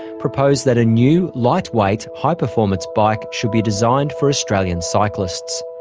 proposed that a new, lightweight, high performance bike should be designed for australian cyclists.